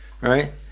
right